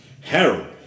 Harold